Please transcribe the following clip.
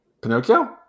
Pinocchio